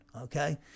okay